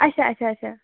اَچھا اَچھا اَچھا